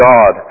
God